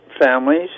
families